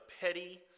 petty